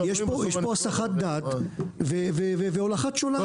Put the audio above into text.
יש פה הסחת דעת, והולכת שולל.